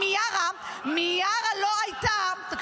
כשמיארה לא הייתה -- אולי תעזבו את השב"כ כבר?